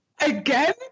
Again